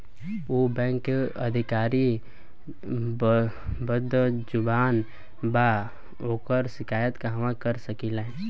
उ बैंक के अधिकारी बद्जुबान बा ओकर शिकायत कहवाँ कर सकी ले